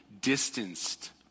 distanced